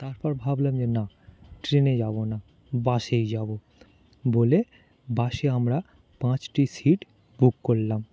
তারপর ভাবলাম যে না ট্রেনে যাবো না বাসেই যাবো বলে বাসে আমরা পাঁচটি সিট বুক করলাম